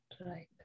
right